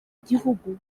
igihugu